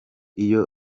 iyo